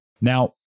Now